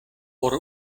por